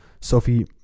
Sophie